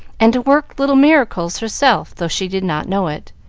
and to work little miracles herself, though she did not know it.